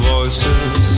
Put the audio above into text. Voices